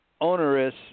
onerous